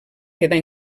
quedar